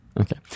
Okay